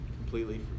Completely